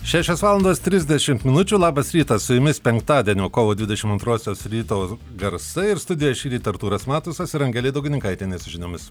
šešios valandos trisdešimt minučių labas rytas su jumis penktadienio kovo dvidešim antrosios ryto garsai ir studijoje šįryt artūras matusas ir angelė daugininkaitienė su žiniomis